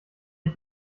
ich